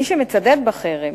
מי שמצדד בחרם,